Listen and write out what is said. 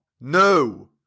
No